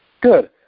Good